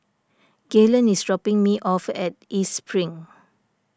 Gaylen is dropping me off at East Spring